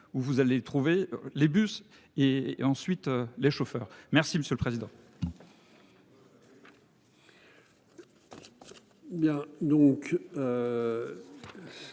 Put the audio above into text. ou vous allez trouver les bus et ensuite les chauffeurs. Merci monsieur le président.